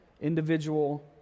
individual